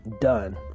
Done